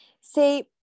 see